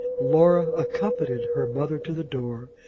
laura accompanied her mother to the door,